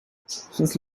since